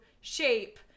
shape